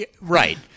right